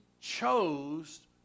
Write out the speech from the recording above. chose